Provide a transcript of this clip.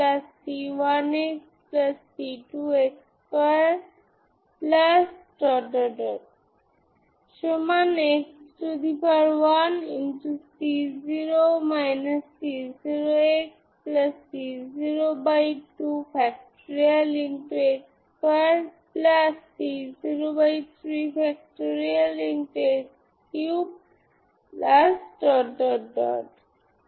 সুতরাং এগুলি হল আপনার ইগেনভ্যালুস এবং ইগেনফাংশন্স এগুলি অর্থগোনাল এবং এগুলি আসলে সম্পূর্ণ অর্থগোনাল সেট গঠন করে যার মানে আমি যেকোনো ইস্কোয়ার ইন্টিগ্রেবল ফাংশন বা যেকোনো টুকরো টুকরো কন্টিনুয়াস ফাংশন লিখতে পারি